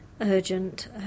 Urgent